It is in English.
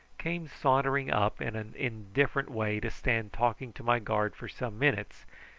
came sauntering up in an indifferent way to stand talking to my guard for some minutes,